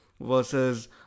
versus